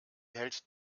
hält